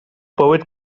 bywyd